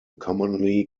commonly